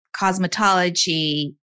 cosmetology